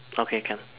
okay can